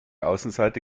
außenseite